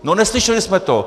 No neslyšeli jsme to.